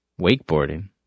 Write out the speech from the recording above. wakeboarding